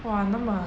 !wah! 那么